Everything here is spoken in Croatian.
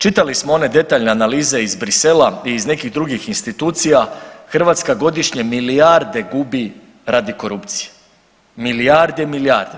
Čitali smo one detaljne analize iz Bruxellesa i iz nekih drugih institucija, Hrvatska godišnje milijarde gubi radi korupcije, milijarde i milijarde.